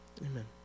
Amen